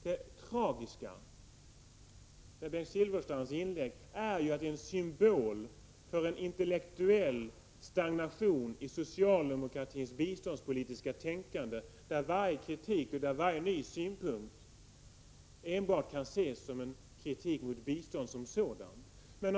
Det tragiska med Bengt Silfverstrands inlägg är att det är en symbol för en intellektuell stagnation i socialdemokratins biståndspolitiska tänkande, där varje kritik och varje ny synpunkt enbart kan ses som en kritik mot bistånd som sådant.